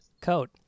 Coat